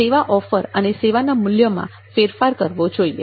સેવા ઓફર અને સેવાના મૂલ્યમાં ફેરફાર કરવો જોઈએ